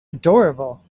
adorable